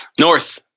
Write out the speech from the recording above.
North